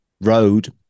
road